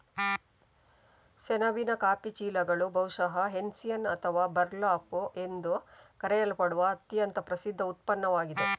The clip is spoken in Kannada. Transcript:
ಸೆಣಬಿನ ಕಾಫಿ ಚೀಲಗಳು ಬಹುಶಃ ಹೆಸ್ಸಿಯನ್ ಅಥವಾ ಬರ್ಲ್ಯಾಪ್ ಎಂದು ಕರೆಯಲ್ಪಡುವ ಅತ್ಯಂತ ಪ್ರಸಿದ್ಧ ಉತ್ಪನ್ನವಾಗಿದೆ